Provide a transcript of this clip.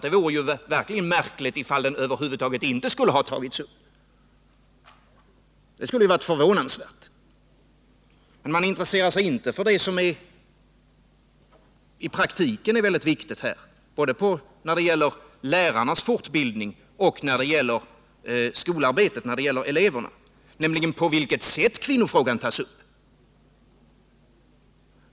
Det vore verkligen märkligt om den över huvud taget inte skulle ha tagits upp. Det hade varit förvånansvärt. Man intresserar sig inte för det som i praktiken är väldigt viktigt både när det gäller lärarnas fortbildning och när det gäller skolarbetet och eleverna, nämligen på vilket sätt kvinnofrågan tas upp.